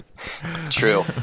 true